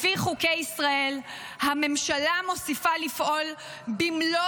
לפי חוקי ישראל הממשלה מוסיפה לפעול במלוא